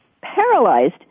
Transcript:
paralyzed